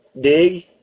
Dig